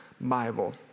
Bible